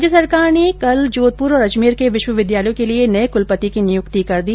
राज्य सरकार ने कल ही जोधपुर और अजमेर के विश्वविद्यालयों के लिए नए कुलपति की नियुक्ति भी कर दी